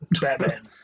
Batman